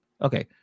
Okay